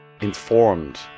informed